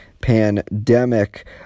pandemic